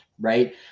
right